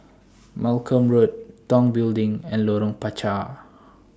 Malcolm Road Tong Building and Lorong Panchar